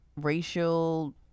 racial